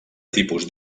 tipus